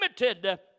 limited